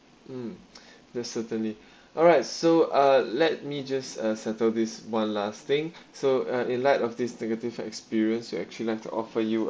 mm that's certainly alright so uh let me just uh settle this one last thing so uh in light of this negative experience we actually like offer you